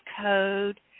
code